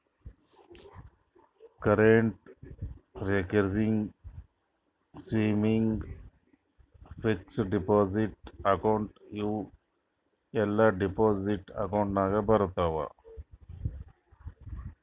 current, recurring, savings, fixed deposit account ಇವೂ ಎಲ್ಲಾ deposit account ನಾಗ್ ಬರ್ತಾವ್